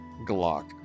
Glock